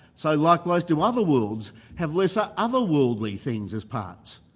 so likewise do other worlds have lesser otherworldly things as parts.